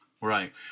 Right